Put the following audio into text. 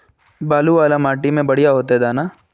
बालू वाला माटी में बढ़िया होते दाना?